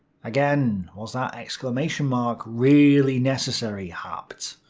again, was that exclamation mark really necessary, haupt?